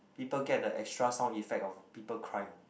people get the extra sound effect of people crying